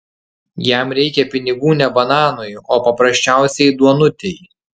jam reikia pinigų ne bananui o paprasčiausiai duonutei